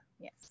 Yes